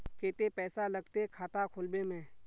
केते पैसा लगते खाता खुलबे में?